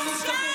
די.